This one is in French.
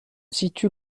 situe